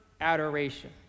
adoration